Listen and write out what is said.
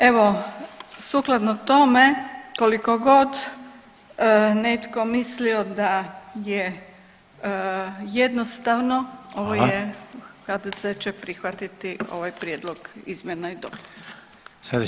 Evo, sukladno tome, koliko god netko mislio da je jednostavno, ovo je [[Upadica: Hvala.]] HDZ će prihvatiti ovaj prijedlog izmjena i dopuna.